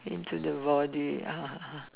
into the body